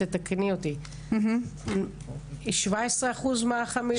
כמה אחוזים?